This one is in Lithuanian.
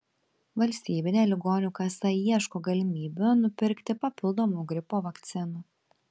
valstybinė ligonių kasa ieško galimybių nupirkti papildomų gripo vakcinų